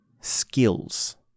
skills